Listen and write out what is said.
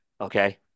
Okay